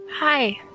Hi